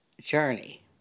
journey